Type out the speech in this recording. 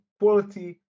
quality